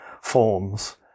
forms